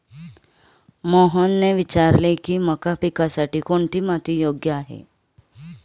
मोहनने विचारले की मका पिकासाठी कोणती माती योग्य आहे?